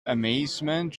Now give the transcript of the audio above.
amazement